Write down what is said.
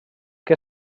que